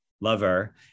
Lover